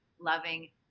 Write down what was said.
loving